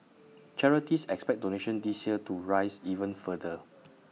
charities expect donations this year to rise even further